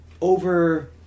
over